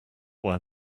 why